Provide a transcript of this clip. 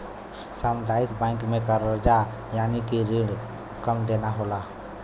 सामुदायिक बैंक में करजा यानि की रिण कम देना होला